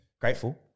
grateful